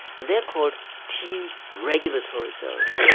and they are called t regulatory cells.